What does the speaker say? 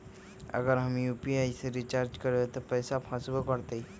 अगर हम यू.पी.आई से रिचार्ज करबै त पैसा फसबो करतई?